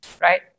right